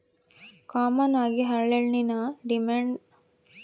common ಆಗಿ ಹರಳೆಣ್ಣೆನ ದಿಮೆಂಳ್ಸೇರ್ ಇದ್ರ ಹಚ್ಚಕ್ಕಲ್ಲ ಹೊಟ್ಯಾಗಿರೋ ಕೂಸ್ಗೆ ಹೆಚ್ಚು ಕಮ್ಮೆಗ್ತತೆ